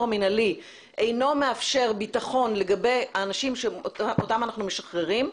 המינהלי אינו מאפשר ביטחון לגבי האנשים שאותם אנחנו משחררים,